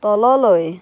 তললৈ